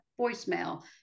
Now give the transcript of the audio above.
voicemail